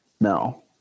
No